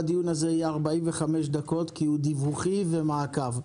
כל הדיון יהיה קצר כי הוא לדיווח ומעקב.